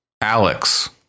alex